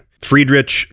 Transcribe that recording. friedrich